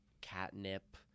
catnip